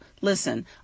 listen